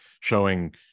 showing